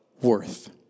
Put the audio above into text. worth